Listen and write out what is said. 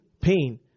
Pain